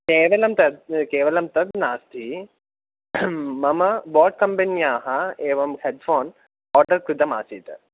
केवलं तद् केवलं तद् नास्ति मम बोट् कम्पन्याः एवं हेड्फ़ोन् आर्डर् कृतमासीत्